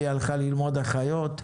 שלי הלכה ללמוד אחיות,